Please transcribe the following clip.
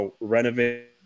renovate